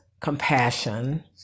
compassion